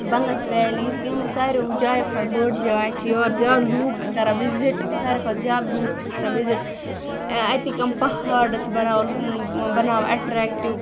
Bangus valley یۄس یِم ساروی جایو کھۄتہٕ بٔڑ جاے چھِ یور زیادٕ لُکھ چھِ کَران وِزِٹ ساروی کھۄتہٕ زیادٕ لُکھ چھِ کَران وِزِٹ اَتِکۍ یِم پہاڑ چھِ بناوان بناوان اَٹریکٹِو